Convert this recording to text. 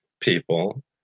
people